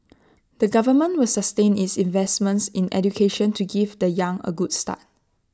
the government will sustain its investments in education to give the young A good start